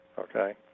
okay